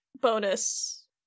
bonus